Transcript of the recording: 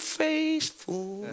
faithful